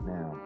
Now